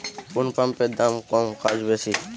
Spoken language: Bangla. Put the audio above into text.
কোন পাম্পের দাম কম কাজ বেশি?